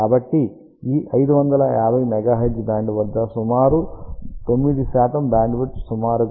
కాబట్టి ఈ 550 MHz band వద్ద సుమారు 9 బ్యాండ్విడ్త్ సుమారుగా 5